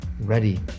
Ready